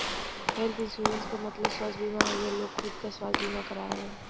health insurance क मतलब स्वस्थ बीमा हउवे लोग खुद क स्वस्थ बीमा करावलन